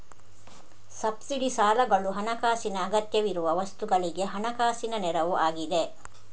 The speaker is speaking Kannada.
ಸಬ್ಸಿಡಿ ಸಾಲಗಳು ಹಣಕಾಸಿನ ಅಗತ್ಯವಿರುವ ವಸ್ತುಗಳಿಗೆ ಹಣಕಾಸಿನ ನೆರವು ಆಗಿದೆ